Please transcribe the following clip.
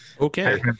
Okay